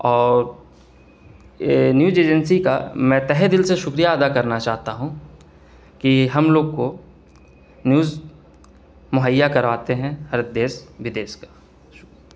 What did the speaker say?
اور news agency کا میں تہ دل سے شکریہ ادا کرنا چاہتا ہوں کہ ہم لوگ کو نیوز مہیا کرواتے ہیں ہر دیس ودیس کے